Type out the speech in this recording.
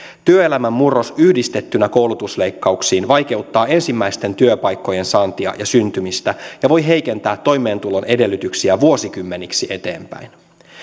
työelämän murros yhdistettynä koulutusleikkauksiin vaikeuttaa ensimmäisten työpaikkojen saantia ja syntymistä ja voi heikentää toimeentulon edellytyksiä vuosikymmeniksi eteenpäin